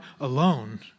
alone